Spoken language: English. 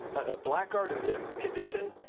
a black guard in this condition?